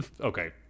okay